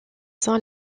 sont